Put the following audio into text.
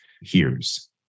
hears